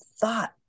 thought